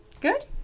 Good